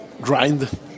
grind